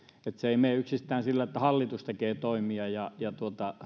se ei mene yksistään sillä että hallitus tekee toimia ja ja